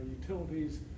utilities